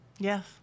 Yes